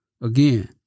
Again